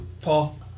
Paul